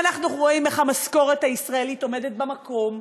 ואנחנו רואים איך המשכורת הישראלית עומדת במקום,